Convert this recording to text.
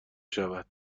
شود